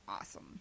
awesome